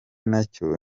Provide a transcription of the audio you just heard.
nacyo